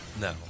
No